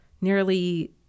nearly